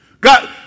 God